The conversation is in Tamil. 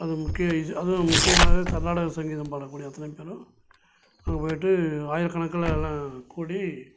அது முக்கிய இசை அதுவும் முக்கியமாக கர்நாடக சங்கீதம் பாடக்கூடிய அத்தனை பேரும் அங்கே போயிவிட்டு ஆயிரக்கணக்கில் எல்லாம் கூடி